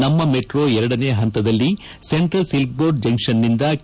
ನಮ್ಮ ಮೆಟ್ರೊ ಎರಡನೇ ಪಂತದಲ್ಲಿ ಸೆಂಟ್ರಲ್ ಸಿಲ್ಕ್ ಬೋರ್ಡ್ ಜಂಕ್ಷನ್ನಿಂದ ಕೆ